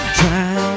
try